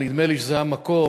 אבל נדמה לי שזה המקום,